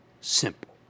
Simple